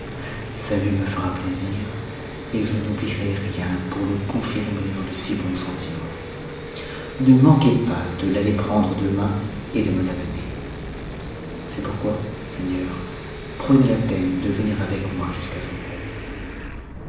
sa vue me fera plaisir et je n'oublierai rien pour le confirmer dans de si bons sentiments ne manquez pas de l'aller prendre demain et de me j'amener c'est pourquoi seigneur prenez la peine de venir avec moi jusqu'à son palais